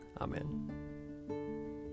Amen